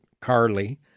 Carly